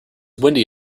windy